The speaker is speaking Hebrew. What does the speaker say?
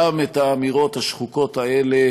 גם את האמירות השחוקות האלה